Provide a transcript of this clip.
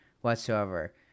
whatsoever